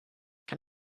can